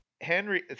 Henry